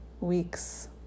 weeks